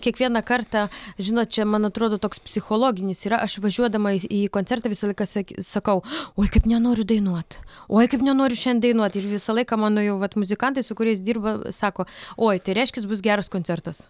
kiekvieną kartą žinot čia man atrodo toks psichologinis yra aš važiuodama į koncertą visą laiką seki sakau oi kaip nenoriu dainuot oi kaip nenoriu šian dainuot ir visą laiką mano jau vat muzikantai su kuriais dirba sako oi tai reiškias bus geras koncertas